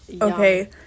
okay